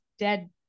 dead